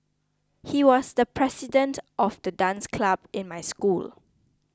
he was the president of the dance club in my school